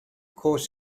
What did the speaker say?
course